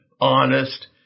honest